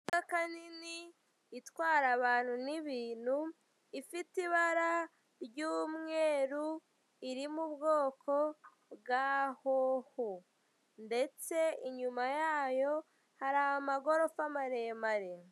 Imodoka nini itwara abantu n'ibintu ifite ibara ry'umweru, iri mu bwoko bwa hoho ndetse inyuma yayo hari amagorofa maremare.